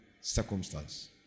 circumstance